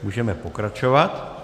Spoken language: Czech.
Můžeme pokračovat.